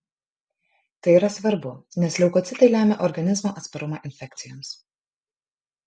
tai yra svarbu nes leukocitai lemia organizmo atsparumą infekcijoms